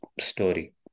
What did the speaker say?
story